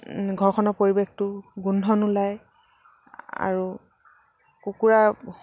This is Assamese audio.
ঘৰখনৰ পৰিৱেশটো গোন্ধ নোলায় আৰু কুকুৰা